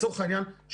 לצורך העניין,